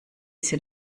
sie